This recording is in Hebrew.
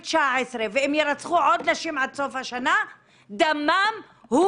2019 ואם יירצחו עוד נשים עד סוף השנה דמן הוא